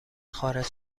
خارج